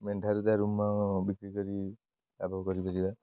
ମେଣ୍ଢାରୁ ତା ରୁମ ବିକ୍ରି କରି ଲାଭ କରିପାରିବା